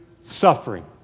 suffering